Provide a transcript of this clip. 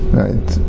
right